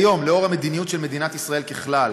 כיום, לאור המדיניות של מדינת ישראל ככלל,